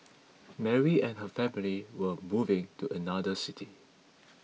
Mary and her family were moving to another city